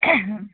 হুম